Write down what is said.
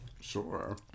sure